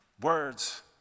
Words